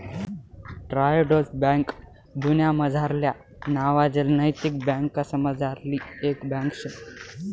Triodos bank दुन्यामझारल्या नावाजेल नैतिक बँकासमझारली एक बँक शे